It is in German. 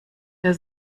der